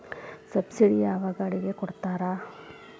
Subsidy ಯಾವ ಗಾಡಿಗೆ ಕೊಡ್ತಾರ?